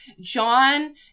John